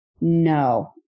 no